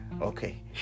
Okay